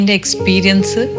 experience